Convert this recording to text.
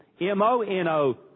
M-O-N-O